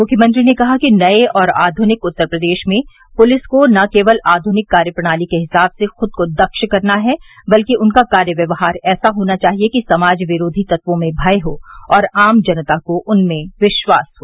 मुख्यमंत्री ने कहा कि नये और आधुनिक उत्तर प्रदेश में पुलिस को न केवल आधुनिक कार्य प्रणाली के हिसाब से खुद को दक्ष करना है बल्कि उनका कार्य व्यवहार ऐसा होना चाहिये कि समाज विरोधी तत्वों में भय हो और आम जनता को उनमें विश्वास हो